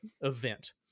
event